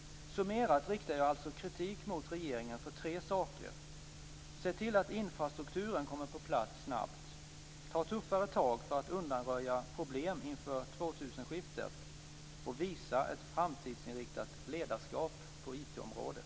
Summerat riktar jag alltså kritik mot regeringen för tre saker: · Se till att infrastrukturen kommer på plats snabbt! · Ta tuffare tag för att undanröja problem inför · Visa ett framtidsinriktat ledarskap på IT-området!